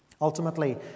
Ultimately